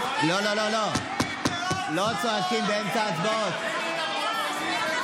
ביבי נגד שדרות.